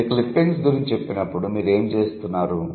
మీరు క్లిప్పింగ్స్ గురించి చెప్పినప్పుడు మీరు ఏమి చేస్తున్నారు